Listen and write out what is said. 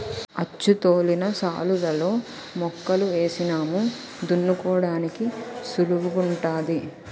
అచ్చుతోలిన శాలులలో మొక్కలు ఏసినాము దున్నుకోడానికి సుళువుగుంటాది